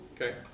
Okay